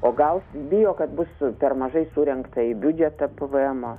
o gal bijo kad bus per mažai surengta į biudžetą pvmo